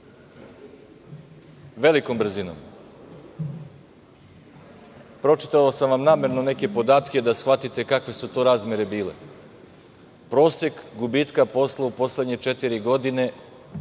velikom brzinom. Pročitao sam vam namerno neke podatke, da shvatite kakve su to razmere bile. Prosek gubitka posla u poslednje četiri godine